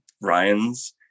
Ryan's